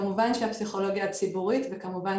כמובן